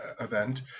event